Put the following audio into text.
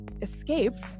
escaped